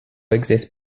exist